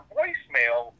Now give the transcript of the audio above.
voicemail